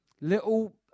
little